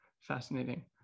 Fascinating